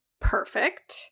perfect